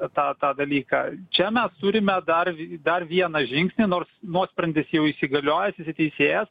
tą tą dalyką čia mes turime dar dar vieną žingsnį nors nuosprendis jau įsigaliojęs įsiteisėjęs